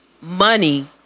money